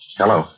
hello